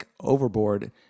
overboard